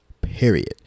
period